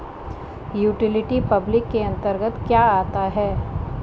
Utility public के अंतर्गत क्या आता है?